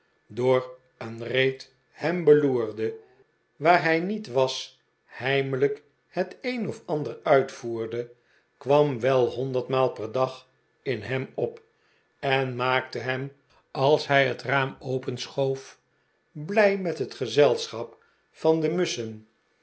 door een reet hem beloerde r waar hij niet was heimelijk het een of ander uitvoerde kwam wel honderdmaal per dag in hem op en maakte hem als hij het raam openschoof blij met het gezelschap van de musschen